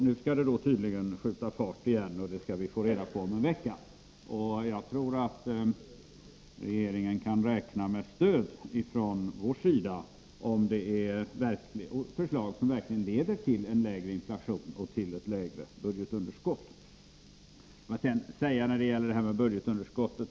Nu skall det tydligen skjuta fart igen, och hur skall vi få reda på om en vecka. Jag tror att regeringen kan räkna med stöd från vår sida om det är fråga om förslag som verkligen leder till en lägre inflation och till ett lägre budgetunderskott. Låt mig sedan tillägga några ord när det gäller budgetunderskottet.